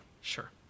Sure